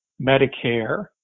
Medicare